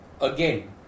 again